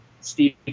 Steve